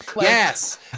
Yes